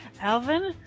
Alvin